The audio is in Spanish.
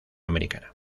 americana